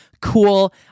cool